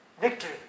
victory